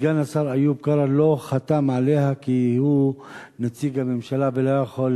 סגן השר איוב קרא לא חתם עליה כי הוא נציג הממשלה ולא יכול